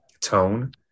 tone